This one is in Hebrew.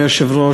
אדוני היושב-ראש,